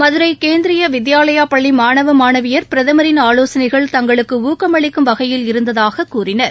மதுரைகேந்திரியவித்யாலயாபள்ளிமாணவ மாணவியர் பிரகமரின் ஆலோசனைகள் தங்களுக்குஊக்கமளிக்கும் வகையில் இருந்ததாகக் கூறினர்